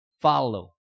follow